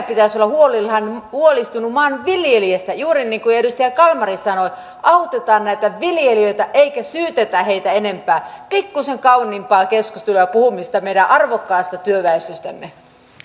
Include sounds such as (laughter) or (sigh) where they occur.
(unintelligible) pitäisi olla huolestunut maanviljelijästä juuri niin kuin edustaja kalmari sanoi autetaan näitä viljelijöitä eikä syytetä heitä enempää pikkuisen kauniimpaa keskustelua ja ja puhumista meidän arvokkaasta työväestöstämme